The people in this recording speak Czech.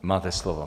Máte slovo.